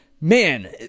man